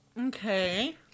Okay